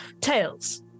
tales